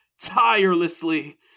tirelessly